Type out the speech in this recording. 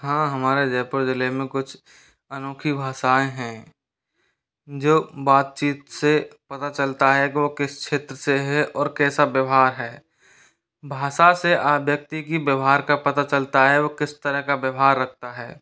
हाँ हमारे जयपुर ज़िले में कुछ अनोखी भाषाएँ हैं जो बातचीत से पता चलता है वो किस क्षेत्र से है और कैसा व्यवहार है भाषा से आवृत्ति की व्यवहार का पता चलता है वह किस तरह का व्यवहार रखता है